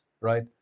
right